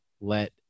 let